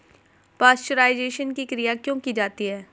Pasteurisation की क्रिया क्यों की जाती है?